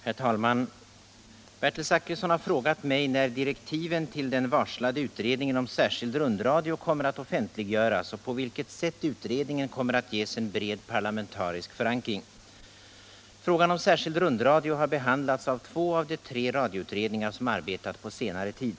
Herr talman! Bertil Zachrisson har frågat mig när direktiven till den varslade utredningen om särskild rundradio kommer att offentliggöras och på vilket sätt utredningen kommer att ges en bred parlamentarisk förankring. Frågan om särskild rundradio har behandlats av två av de tre radioutredningar som arbetat på senare tid.